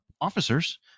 Officers